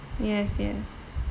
yes yes